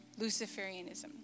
Luciferianism